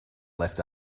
left